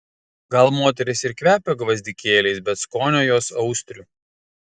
gal moterys ir kvepia gvazdikėliais bet skonio jos austrių